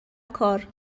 کار